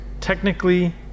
technically